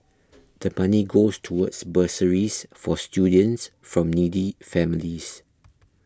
the money goes towards bursaries for students from needy families